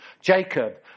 jacob